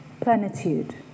plenitude